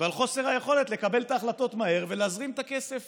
ועל חוסר היכולת לקבל את ההחלטות מהר ולהזרים את הכסף